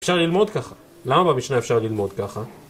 אפשר ללמוד ככה. למה במשנה אפשר ללמוד ככה?